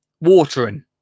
watering